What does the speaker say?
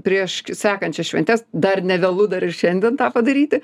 prieš sekančias šventes dar nevėlu dar ir šiandien tą padaryti